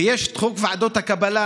ויש את חוק ועדות הקבלה,